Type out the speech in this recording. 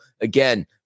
again